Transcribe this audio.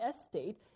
estate